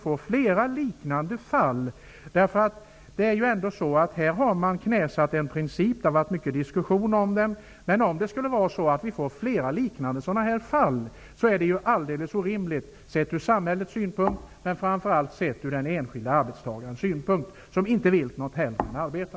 Om flera liknande fall inträffar blir situationen från samhällets synpunkt alldeles orimlig, men framför allt från den enskilde arbetstagarens synpunkt sett, eftersom denne inte vill något hellre än att arbeta.